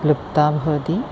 लुप्ता भवति